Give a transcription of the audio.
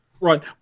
Right